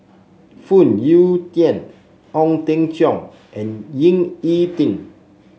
Phoon Yew Tien Ong Teng Cheong and Ying E Ding